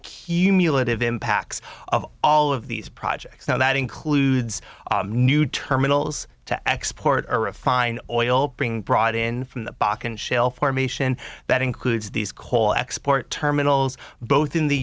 cumulative impacts of all of these projects now that includes new terminals to export or refine oil bring brought in from the bokken shale formation that includes these coal export terminals both in the